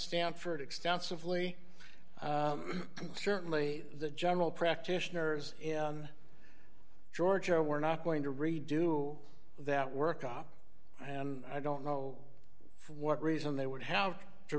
stanford extensively certainly the general practitioners in georgia we're not going to redo that work ah i don't know for what reason they would have to